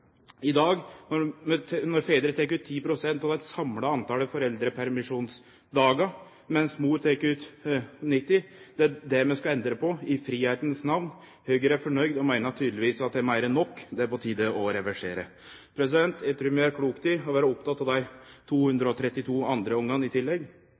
I dag tek fedrar ut 10 pst. av det samla talet på foreldrepermisjonsdagar, mens mødrer tek ut 90 pst. – det er det vi skal endre på, i fridomens namn. Høgre er fornøgd og meiner tydelegvis det er meir enn nok – det er på tide å reversere. Eg trur vi gjer klokt i å vere opptekne av dei 232 andre barna i tillegg,